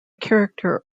character